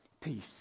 peace